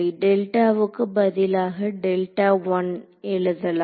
டெல்டாவுக்கு பதிலாக டெல்டா 1 எழுதலாம்